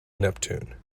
neptune